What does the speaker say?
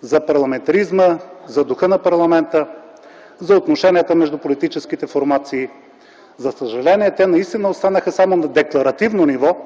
за парламентаризма, за духа на парламента, за отношенията между политическите формации. За съжаление те наистина останаха само на декларативно ниво,